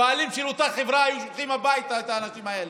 הבעלים של אותה חברה היו שולחים הביתה את האנשים האלה.